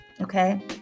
okay